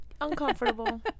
uncomfortable